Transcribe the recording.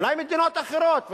אולי מדינות אחרות.